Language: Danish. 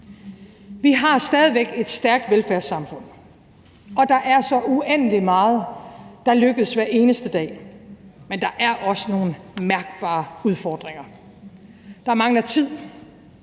Vi har stadig væk et stærkt velfærdssamfund, og der er så uendelig meget, der lykkes hver eneste dag, men der er også nogle mærkbare udfordringer. Der mangler tid